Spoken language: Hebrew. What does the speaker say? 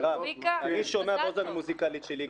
אני שומע באוזן המוזיקלית שלי,